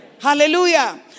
Hallelujah